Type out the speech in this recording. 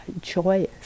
joyous